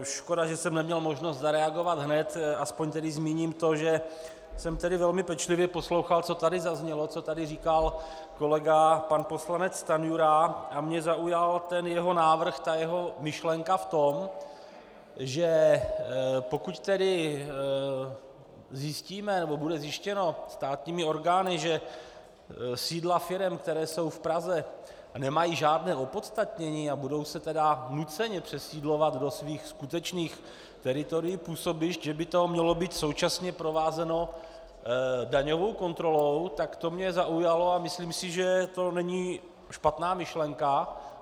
Škoda, že jsem neměl možnost zareagovat hned, aspoň tedy zmíním to, že jsem velmi pečlivě poslouchal, co tady zaznělo, co tady říkal kolega pan poslanec Stanjura, a mě zaujal ten jeho návrh, jeho myšlenka v tom, že pokud zjistíme, nebo bude zjištěno státními orgány, že sídla firem, které jsou v Praze, nemají žádné opodstatnění a budou se tedy nuceně přesídlovat do svých skutečných teritorií, působišť, že by to mělo být současně provázeno daňovou kontrolou, tak to mě zaujalo a myslím si, že to není špatná myšlenka.